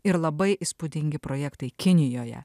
ir labai įspūdingi projektai kinijoje